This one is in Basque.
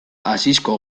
asisko